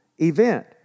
event